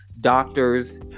doctors